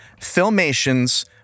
Filmation's